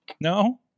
No